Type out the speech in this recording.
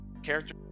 Character